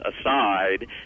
aside